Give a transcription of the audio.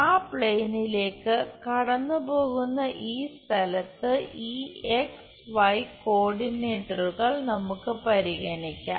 ആ പ്ലെയിനിലേക്ക് കടന്നുപോകുന്ന ഈ സ്ഥലത്ത് ഈ കോർഡിനേറ്റുകൾ നമുക്ക് പരിഗണിക്കാം